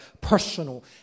personal